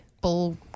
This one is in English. Bull